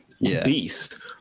Beast